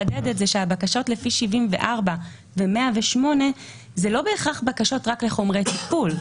שהבקשות לפי 74 ו-108 הן לא בהכרח בקשות רק לחומרי טיפול.